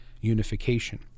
unification